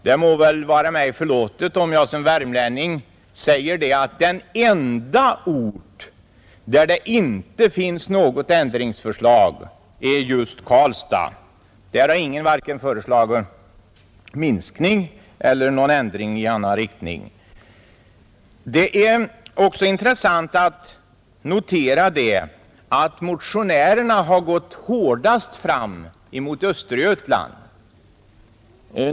Det må väl vara mig förlåtet, om jag som värmlänning säger att den enda ort som inte berörs av ändringsförslag är Karlstad. Där har ingen föreslagit vare sig minskning eller någon ändring i annan riktning. Det är också intressant att notera att motionärerna har gått hårdast fram mot Östergötland.